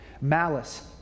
malice